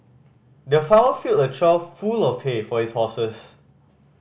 the farmer filled a trough full of hay for his horses